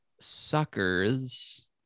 Suckers